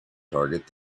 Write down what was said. target